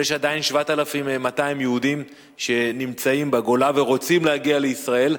אבל יש עדיין 7,200 יהודים שנמצאים בגולה ורוצים להגיע לישראל,